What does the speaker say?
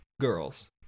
girls